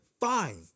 Fine